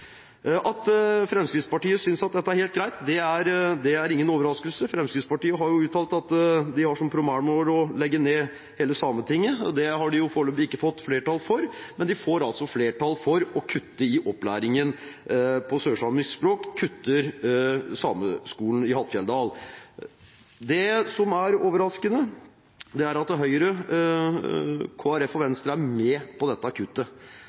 At Fremskrittspartiet synes dette er helt greit, er ingen overraskelse. Fremskrittspartiet har jo uttalt at de har som primærmål å legge ned hele Sametinget. Det har de foreløpig ikke fått flertall for, men de får altså flertall for å kutte i opplæringen i sørsamisk språk – kutte Sameskolen i Hattfjelldal. Det som er overraskende, er at Høyre, Kristelig Folkeparti og Venstre er med på dette